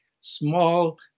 small